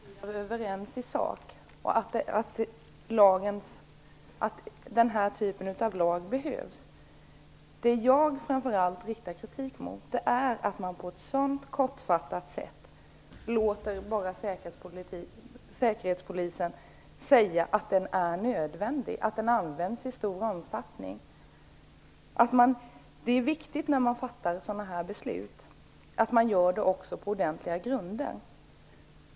Fru talman! Det råder inget tvivel om att vi är överens i sak och att den här typen av lag behövs. Jag riktar framför allt kritik mot att man på ett så kortfattat sätt låter Säkerhetspolisen säga att den är nödvändig och att den används i stor omfattning. När sådana här beslut fattas är det viktigt att det görs på ordentliga grunder.